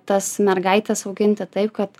tas mergaites auginti taip kad